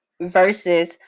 versus